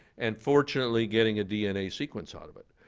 and fortunately getting a dna sequence out of it.